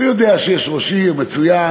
הוא יודע שיש ראש עיר מצוין,